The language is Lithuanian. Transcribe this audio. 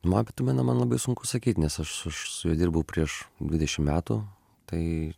matot tuminą man labai sunku sakyt nes aš aš su juo dirbau prieš dvidešim metų tai